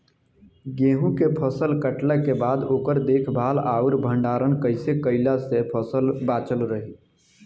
गेंहू के फसल कटला के बाद ओकर देखभाल आउर भंडारण कइसे कैला से फसल बाचल रही?